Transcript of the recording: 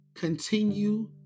Continue